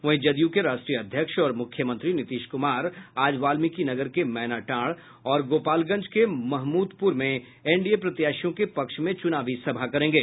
वहीं जदयू के राष्ट्रीय अध्यक्ष और मूख्यमंत्री नीतीश कृमार आज वाल्मिकीनगर के मैनाटांड और गोपालगंज के महमूदपूर में एनडीए प्रत्याशियों के पक्ष में चुनावी सभा करेंगे